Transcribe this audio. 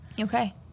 Okay